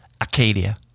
Acadia